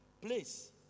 place